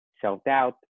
self-doubt